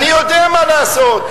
אני יודע מה לעשות,